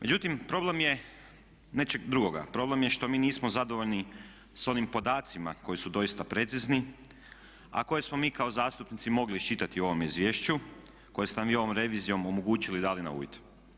Međutim, problem je nečeg drugoga, problem je što mi nismo zadovoljni sa onim podacima koji su doista precizni a koje smo mi kao zastupnici mogli iščitati u ovom izvješću koje ste nam vi ovom revizijom omogućili i dali na uvid.